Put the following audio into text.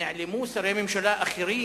נעלמו שרי ממשלה אחרים,